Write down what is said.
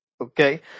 okay